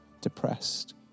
depressed